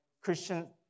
Christian